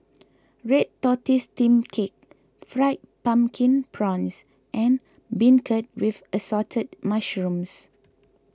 Red Tortoise Steamed Cake Fried Pumpkin Prawns and Beancurd with Assorted Mushrooms